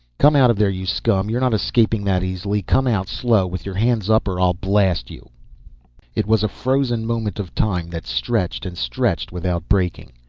come out of there, you scum. you're not escaping that easily. come out slow with your hands up or i'll blast you it was a frozen moment of time that stretched and stretched without breaking.